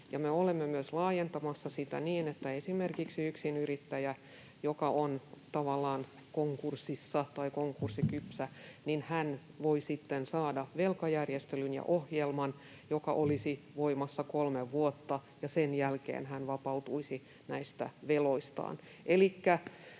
olemme myös laajentamassa sitä niin, että esimerkiksi yksinyrittäjä, joka on tavallaan konkurssissa tai konkurssikypsä, voi sitten saada velkajärjestelyn ja ‑ohjelman, joka olisi voimassa kolme vuotta, ja sen jälkeen hän vapautuisi näistä veloistaan.